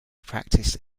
practiced